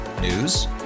News